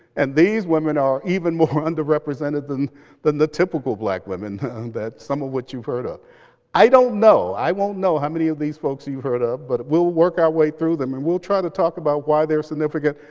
and these women are even more underrepresented than than the typical black women that some of what you've heard. ah i don't know. i won't know how many of these folks you've heard of, but we'll work our way through them. and we'll try to talk about why they're significant.